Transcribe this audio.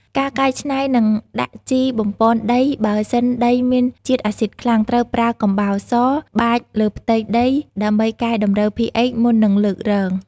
ការកែច្នៃ និងដាក់ជីបំប៉នដីបើសិនដីមានជាតិអាស៊ីតខ្លាំង ត្រូវប្រើ កំបោរស បាចលើផ្ទៃដីដើម្បីកែតម្រូវ pHមុននឹងលើករង។